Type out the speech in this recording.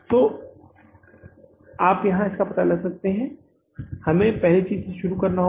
तो आप यहां यह पता लगा सकते हैं कि हमें पहली चीज से शुरुआत करनी होगी